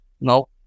No